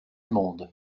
monde